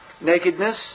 nakedness